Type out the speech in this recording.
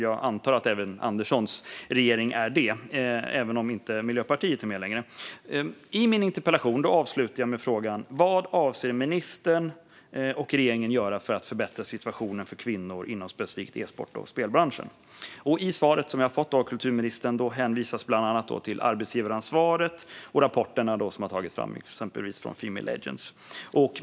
Jag antar att även Anderssons regering är det, även om Miljöpartiet inte är med längre. I min interpellation avslutar jag med frågan: "Vad avser ministern och regeringen att göra för att förbättra situationen för kvinnor inom specifikt e-sport och spelbranschen?" I det svar jag har fått av kulturministern hänvisas bland annat till arbetsgivaransvaret och de rapporter som har tagits fram, exempelvis av Female Legends.